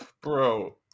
Bro